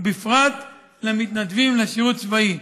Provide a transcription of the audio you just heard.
ובפרט למתנדבים לשירות צבאי,